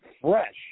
fresh